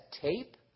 tape